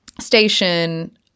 station